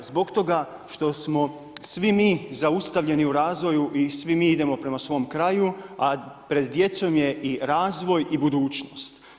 Zbog toga što smo svi mi zaustavljeni u razvoju i svi mi idemo prema svom kraju a pred djecom je i razvoj i budućnost.